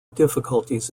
difficulties